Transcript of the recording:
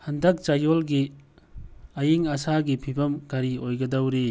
ꯍꯟꯗꯛ ꯆꯌꯣꯜꯒꯤ ꯑꯏꯪ ꯑꯁꯥꯒꯤ ꯐꯤꯕꯝ ꯀꯔꯤ ꯑꯣꯏꯒꯗꯧꯔꯤ